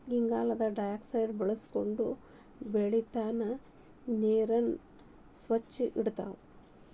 ಇಂಗಾಲದ ಡೈಆಕ್ಸೈಡ್ ಬಳಸಕೊಂಡ ಬೆಳಿತಾವ ನೇರನ್ನ ಸ್ವಚ್ಛ ಇಡತಾವ